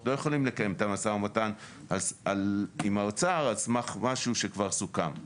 לא יכולים לקיים את המשא ומתן עם האוצר על סמך משהו שכבר סוכם.